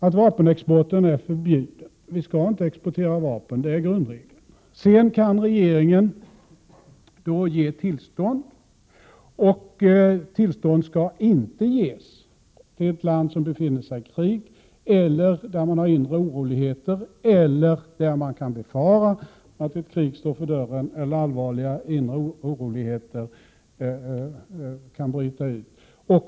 Vapenexport är förbjuden. Vi skall inte exportera vapen — detta är grundregeln. Sedan kan regeringen ge tillstånd. Tillstånd skall dock inte ges då det gäller ett land som befinner sig i krig eller där man har inre oroligheter eller där man kan befara att ett krig står för dörren eller allvarliga oroligheter kan bryta ut.